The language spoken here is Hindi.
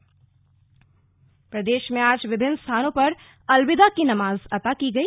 राज्यपाल बधाई प्रदेश में आज विभिन्न स्थानों पर अलविदा की नमाज़ अता की गई